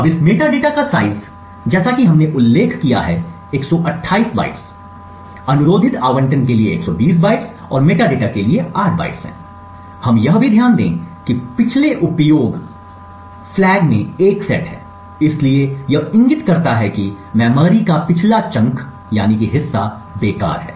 अब इस मेटाडेटा का साइज जैसा कि हमने उल्लेख किया है 128 बाइट्स अनुरोधित आवंटन के लिए 120 बाइट्स और मेटाडेटा के लिए 8 बाइट्स हैं हम यह भी ध्यान दें कि पिछले उपयोग फलेग में 1 सेट है इसलिए यह इंगित करता है कि मेमोरी का पिछला चंक बेकार हैं